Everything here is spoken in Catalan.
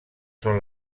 són